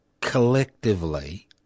collectively